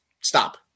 stop